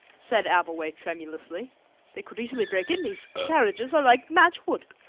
said abbleway tremulously they could easily break in, these carriages are like matchwood.